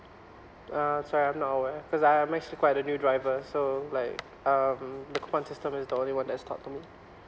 uh sorry I'm not aware because I am actually quite a new driver so like um the coupon system is the only one that is taught to me